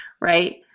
right